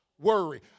worry